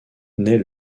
naît